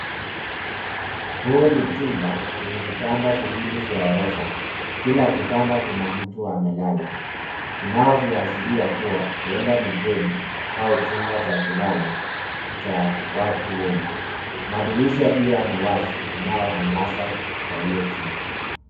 Huu ni chumba, chenye vitanda viwili vya ghorofa. Kila kitanda kuna mtu amelala. Vinavyoashiria kuwa, huenda ni bweni, au chumba cha kulala, cha watu wengi. Madirisha pia ni wazi, inayoangaza kwa hiyo chumba.